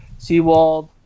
Seawald